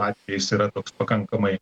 atvejis yra toks pakankamai